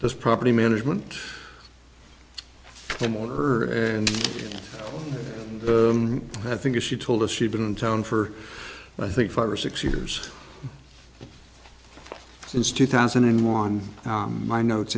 this property management and want her and i think if she told us she'd been in town for i think five or six years since two thousand and one my notes